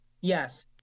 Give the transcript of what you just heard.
Yes